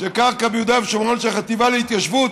שקרקע ביהודה ושומרון, של החטיבה להתיישבות,